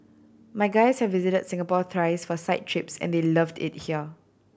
my guys have visited Singapore thrice for site trips and they loved it here